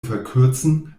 verkürzen